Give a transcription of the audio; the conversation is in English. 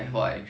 mm